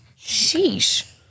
Sheesh